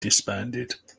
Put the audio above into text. disbanded